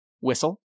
whistle